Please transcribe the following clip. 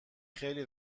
خیلی